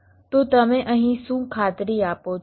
તો તમે અહીં શું ખાતરી આપો છો